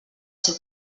ser